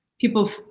people